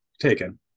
taken